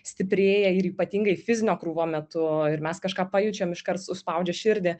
stiprėja ir ypatingai fizinio krūvio metu ir mes kažką pajaučiam iškart suspaudžia širdį